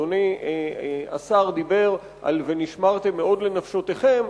אדוני השר דיבר על "ונשמרתם מאד לנפשתיכם".